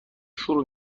شروع